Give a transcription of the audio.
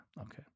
okay